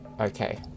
okay